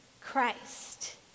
Christ